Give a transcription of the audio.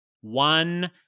one